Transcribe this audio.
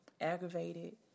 aggravated